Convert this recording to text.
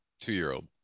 two-year-old